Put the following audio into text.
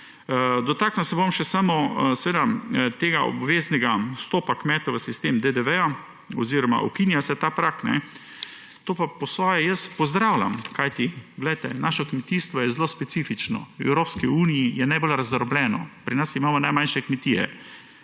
Dotaknil se bom še samo tega obveznega vstopa kmetov v sistem DDV oziroma ukinja se ta prag. To pa po svoje pozdravljam, kajti poglejte, naše kmetijstvo je zelo specifično. Pri Evropski uniji je najbolj razdrobljeno. Pri nas imamo najmanjše kmetije.